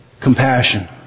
Compassion